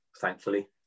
thankfully